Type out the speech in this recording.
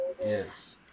Yes